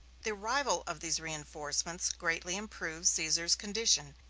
the arrival of these re-enforcements greatly improved caesar's condition,